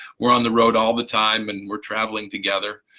we're on the road all the time, and we're traveling together